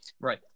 right